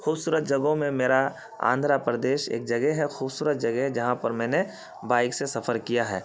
خوبصورت جگہوں میں میرا آندھرا پردیش ایک جگہ ہے خوبصورت جگہ ہے جہاں پر میں نے بائک سے سفر کیا ہے